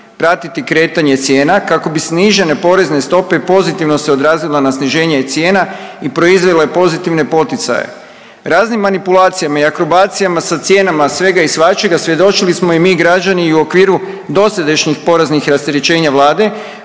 pratiti kretanje cijena kako bi snižene porezne stope pozitivno se odrazile na sniženje cijena i proizvele pozitivne poticaje. Raznim manipulacijama i akrobacijama sa cijenama svega i svačega svjedočili smo i mi građani i u okviru dosadašnjih poreznih rasterećenja vlade